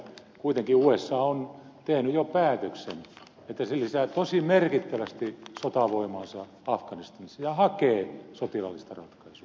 kuitenkin usa on tehnyt jo päätöksen että se lisää tosi merkittävästi sotavoimaansa afganistanissa ja hakee sotilaallista ratkaisua